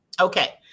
Okay